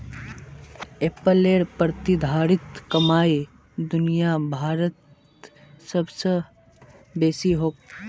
एप्पलेर प्रतिधारित कमाई दुनिया भरत सबस बेसी छेक